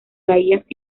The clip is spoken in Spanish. bahías